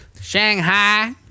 Shanghai